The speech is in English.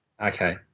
Okay